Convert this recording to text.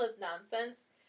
nonsense